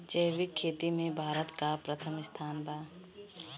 जैविक खेती में भारत का प्रथम स्थान बा